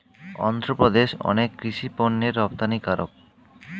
অন্ধ্রপ্রদেশ অনেক কৃষি পণ্যের রপ্তানিকারক